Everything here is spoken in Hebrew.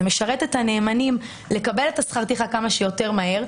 זה משרת את הנאמנים לקבל את שכר הטרחה כמה שיותר מהר.